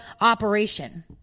operation